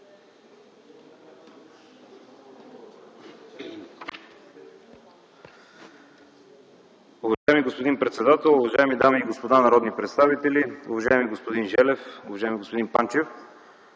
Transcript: Уважаеми господин председател, уважаеми дами и господа народни представители, уважаеми господин Желев, уважаеми господин Панчев!